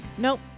Nope